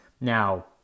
Now